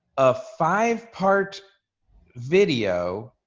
a five part video,